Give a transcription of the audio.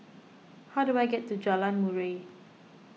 how do I get to Jalan Murai